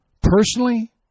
Personally